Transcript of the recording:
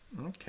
Okay